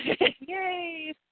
Yay